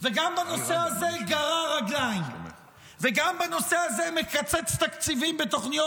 וגם בנושא הזה גרר רגליים וגם בנושא הזה מקצץ תקציבים בתוכניות